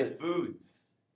Foods